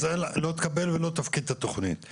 אז לא תקבל ולא תפקיד את התכנית.